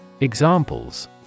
Examples